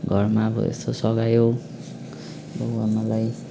घरमा अब यसो सघायो बाउ आमालाई